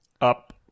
Up